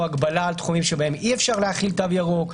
הגבלה על תחומים שבהם אי-אפשר להחיל תו ירוק,